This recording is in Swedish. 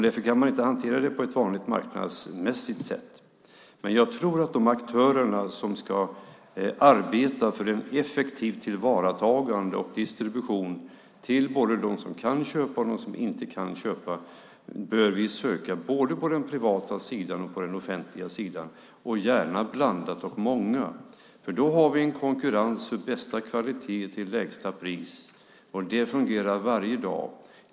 Därför kan man inte hantera det på ett vanligt marknadsmässigt sätt. Men jag tror att de aktörer som ska arbeta för ett effektivt tillvaratagande och en effektiv distribution till både dem som kan köpa den och dem som inte kan köpa den bör vi söka både på den privata sidan och på den offentliga sidan och gärna blandat och bland många. Då har vi en konkurrens för bästa kvalitet till lägsta pris, och det fungerar varje dag.